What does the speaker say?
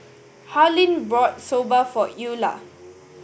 Harlen bought Soba for Eula